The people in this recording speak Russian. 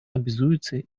обязуется